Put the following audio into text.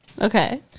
Okay